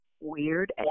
weird